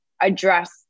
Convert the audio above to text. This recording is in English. address